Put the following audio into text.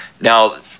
Now